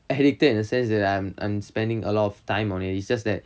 addicted in the sense that I'm I'm spending a lot of time on it it's just that